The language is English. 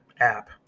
app